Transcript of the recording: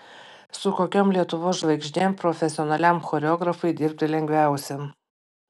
su kokiom lietuvos žvaigždėm profesionaliam choreografui dirbti lengviausia